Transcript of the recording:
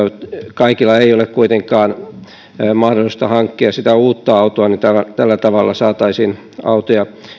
kaikilla ei ole kuitenkaan mahdollisuutta hankkia sitä uutta autoa joten tällä tavalla saataisiin autoja